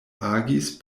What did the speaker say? agis